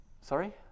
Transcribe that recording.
sorry